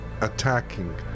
attacking